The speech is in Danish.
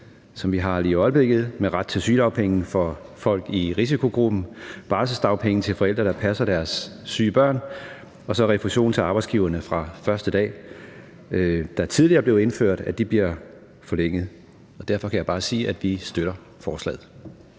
som vi har lige i øjeblikket, med ret til sygedagpenge for folk i risikogruppen, barselsdagpenge til forældre, der passer deres syge børn, og så refusion til arbejdsgiverne fra første dag. Derfor kan jeg bare sige, at vi støtter forslaget.